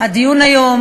הדיון היום,